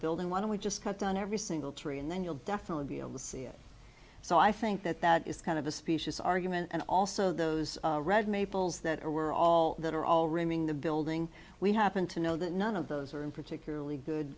building why don't we just cut down every single tree and then you'll definitely be able to see it so i think that that is kind of a specious argument and also those red maples that are all that are all running the building we happen to know that none of those are in particularly good